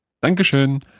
Dankeschön